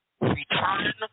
return